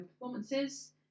performances